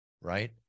Right